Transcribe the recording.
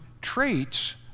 traits